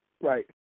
Right